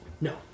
No